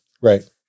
Right